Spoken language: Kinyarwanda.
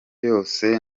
yose